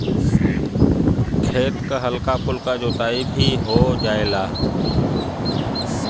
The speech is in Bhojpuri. खेत क हल्का फुल्का जोताई भी हो जायेला